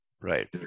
Right